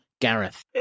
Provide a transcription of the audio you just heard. gareth